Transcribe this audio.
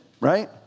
right